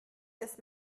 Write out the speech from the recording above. ist